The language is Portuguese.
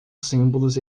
símbolos